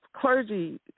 clergy